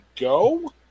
go